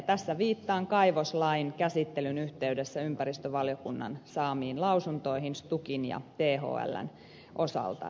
tässä viittaan kaivoslain käsittelyn yhteydessä ympäristövaliokunnan saamiin lausuntoihin stukin ja thln osalta